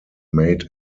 made